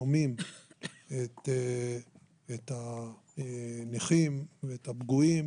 שומעים את הנכים ואת הפגועים